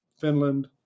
Finland